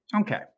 Okay